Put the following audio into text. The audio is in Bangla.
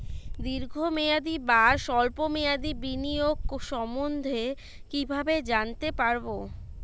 দীর্ঘ মেয়াদি বা স্বল্প মেয়াদি বিনিয়োগ সম্বন্ধে কীভাবে জানতে পারবো?